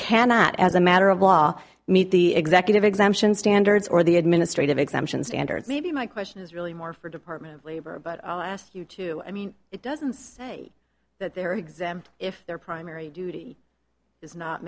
cannot as a matter of law meet the executive exemption standards or the administrative exemption standards maybe my question is really more for department of labor but i'll ask you to i mean it doesn't say that they're exempt if their primary duty is not